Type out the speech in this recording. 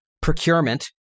procurement